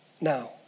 now